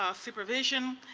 ah supervision,